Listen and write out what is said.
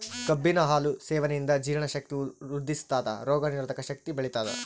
ಕಬ್ಬಿನ ಹಾಲು ಸೇವನೆಯಿಂದ ಜೀರ್ಣ ಶಕ್ತಿ ವೃದ್ಧಿಸ್ಥಾದ ರೋಗ ನಿರೋಧಕ ಶಕ್ತಿ ಬೆಳಿತದ